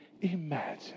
imagine